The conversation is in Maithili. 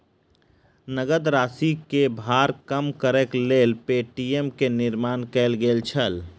नकद राशि के भार कम करैक लेल पे.टी.एम के निर्माण कयल गेल छल